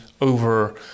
over